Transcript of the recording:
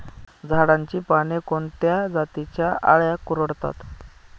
झाडाची पाने कोणत्या जातीच्या अळ्या कुरडतात?